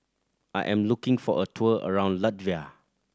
I am looking for a tour around Latvia